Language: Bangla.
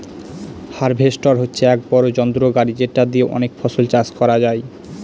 হার্ভেস্টর হচ্ছে এক বড়ো যন্ত্র গাড়ি যেটা দিয়ে অনেক ফসল চাষ করা যায়